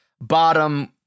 bottom